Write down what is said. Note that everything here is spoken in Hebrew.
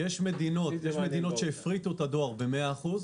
יש מדינות שהפריטו את הדואר ב-100%,